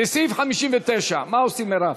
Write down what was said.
לסעיף 59, מה עושים, מרב?